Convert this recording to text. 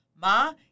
Ma